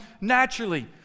naturally